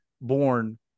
born